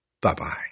Bye-bye